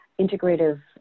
integrative